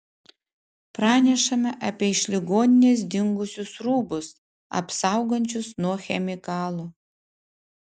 pranešama apie iš ligoninės dingusius rūbus apsaugančius nuo chemikalų